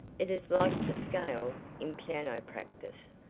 it is like the scales in piano practice,